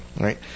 right